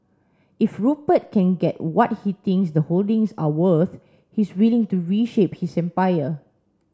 if Rupert can get what he thinks the holdings are worth he's willing to reshape his empire